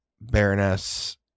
baroness